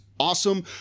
Awesome